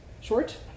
short